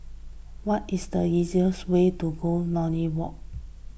what is the easiest way to go Lornie Walk